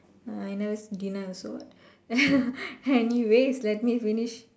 I know it's dinner also what anyways let me finish